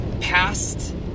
past